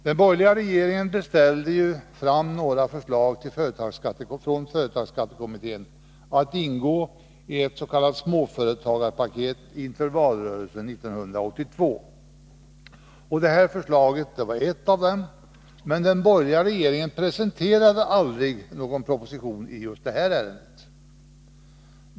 Den borgerliga regeringen beställde ju fram några förslag från företagsskattekommittén, att ingå i ett s.k. småföretagarpaket inför valrörelsen 1982. Detta förslag var ett av dem, men den borgerliga regeringen presenterade aldrig någon proposition i ärendet.